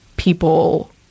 people